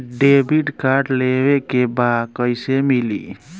Debit card लेवे के बा कईसे मिली?